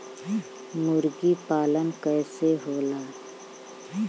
मुर्गी पालन कैसे होला?